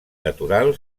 natural